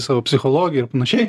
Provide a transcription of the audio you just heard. savo psichologiją panašiai